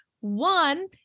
One